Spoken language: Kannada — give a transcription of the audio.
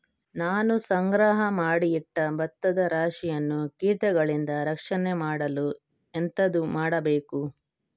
ನಾನು ಸಂಗ್ರಹ ಮಾಡಿ ಇಟ್ಟ ಭತ್ತದ ರಾಶಿಯನ್ನು ಕೀಟಗಳಿಂದ ರಕ್ಷಣೆ ಮಾಡಲು ಎಂತದು ಮಾಡಬೇಕು?